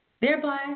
thereby